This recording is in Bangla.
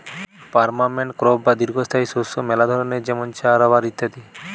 পার্মানেন্ট ক্রপ বা দীর্ঘস্থায়ী শস্য মেলা ধরণের যেমন চা, রাবার ইত্যাদি